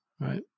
right